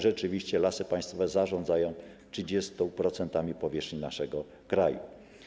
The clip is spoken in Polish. Rzeczywiście Lasy Państwowe zarządzają 30% powierzchni naszego kraju.